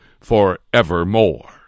forevermore